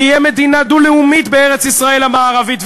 תהיה מדינה דו-לאומית בארץ-ישראל המערבית.